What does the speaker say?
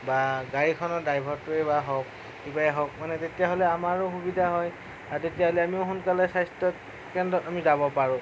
বা গাড়ীখনৰ ড্ৰাইভাৰটোৱে বা হওক বা কিবাই হওক মানে তেতিয়াহ'লে আমাৰ সুবিধা হয় আৰু তেতিয়া হ'লে আমিও সোনকালে স্বাস্থ্যকেন্দ্ৰত আমি যাব পাৰোঁ